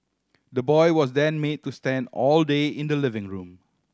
the boy was then made to stand all day in the living room